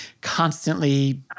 constantly